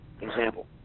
example